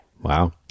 Wow